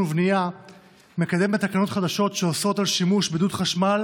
ובנייה מקדמת תקנות חדשות שאוסרות שימוש בדוד חשמל